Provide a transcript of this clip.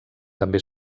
també